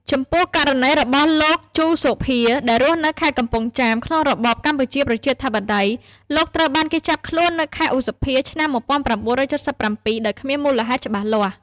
ចំពោះ ករណីរបស់លោក ជូ សូភា ដែលរស់នៅខេត្តកំពង់ចាមក្នុងរបបកម្ពុជាប្រជាធិបតេយ្យ លោកត្រូវបានគេចាប់ខ្លួននៅខែឧសភា ឆ្នាំ១៩៧៧ ដោយគ្មានមូលហេតុច្បាស់លាស់។